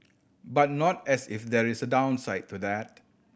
but not as if there is a downside to that